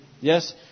Yes